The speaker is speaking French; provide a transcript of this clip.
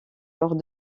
lors